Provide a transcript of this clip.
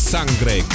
Sangre